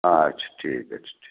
আচ্ছা ঠিক আছে ঠিক আছে